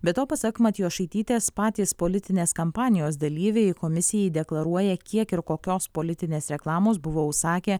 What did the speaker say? be to pasak matjošaitytės patys politinės kampanijos dalyviai komisijai deklaruoja kiek ir kokios politinės reklamos buvo užsakę